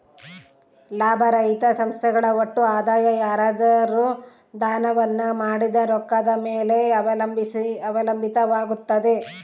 ಲಾಭರಹಿತ ಸಂಸ್ಥೆಗಳ ಒಟ್ಟು ಆದಾಯ ಯಾರಾದ್ರು ದಾನವನ್ನ ಮಾಡಿದ ರೊಕ್ಕದ ಮೇಲೆ ಅವಲಂಬಿತವಾಗುತ್ತೆ